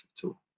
tool